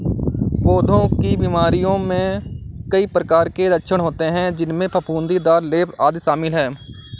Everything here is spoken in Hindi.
पौधों की बीमारियों में कई प्रकार के लक्षण होते हैं, जिनमें फफूंदीदार लेप, आदि शामिल हैं